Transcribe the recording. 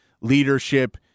leadership